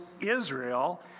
Israel